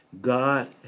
God